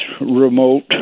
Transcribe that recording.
remote